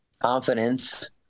confidence